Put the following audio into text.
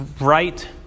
right